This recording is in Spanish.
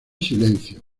silencio